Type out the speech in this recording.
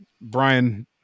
Brian